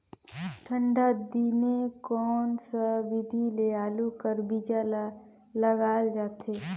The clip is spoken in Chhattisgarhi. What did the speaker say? ठंडा दिने कोन सा विधि ले आलू कर बीजा ल लगाल जाथे?